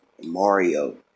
Mario